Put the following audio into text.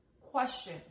question